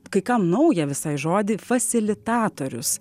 kai kam naują visai žodį fasilitatorius